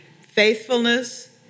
faithfulness